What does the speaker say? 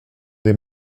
des